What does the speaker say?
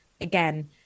again